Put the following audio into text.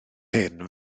hyn